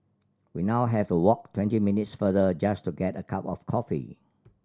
we now have to walk twenty minutes farther just to get a cup of coffee